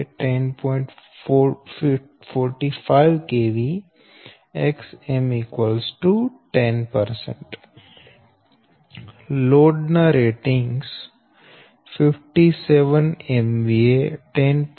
45 kV Xm 10 load ના ratings 57 MVA 10